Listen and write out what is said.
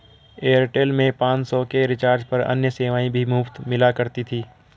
Airtel में पाँच सौ के रिचार्ज पर अन्य सेवाएं भी मुफ़्त मिला करती थी